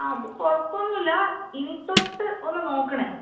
അത് കുഴപ്പമൊന്നുമില്ല ഇനിത്തൊട്ട് ഒന്ന് നോക്കണേ